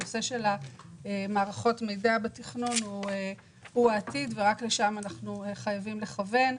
הנושא של מערכת מידע הוא העתיד ולשם אנחנו חייבים לכוון.